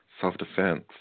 self-defense